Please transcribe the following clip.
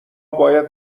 باید